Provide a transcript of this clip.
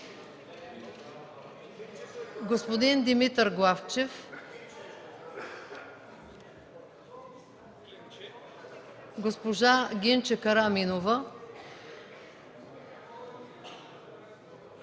господин Димитър Главчев, госпожа Гинче Караминова,